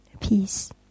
peace